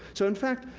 so, in fact,